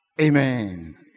Amen